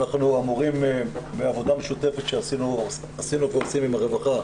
אנחנו אמורים בעבודה משותפת שעשינו ועושים עם משרד הרווחה,